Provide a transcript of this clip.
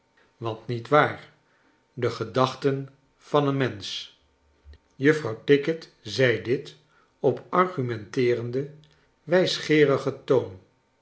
want nietwaar de gedachten van een mensch juffrouw tickit zei dit op argumenteerenden wijsgeerigen toon